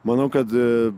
manau kad